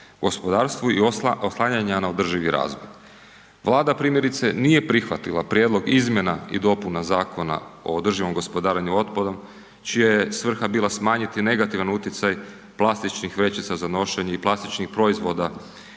gospodarstvu i oslanjanja na održivi razvoj. Vlada primjerice nije prihvatila Prijedlog izmjena i dopuna Zakona o održivom gospodarenju otpadom čija je svrha bila smanjiti negativan utjecaj plastičnih vrećica za nošenje i plastičnih proizvoda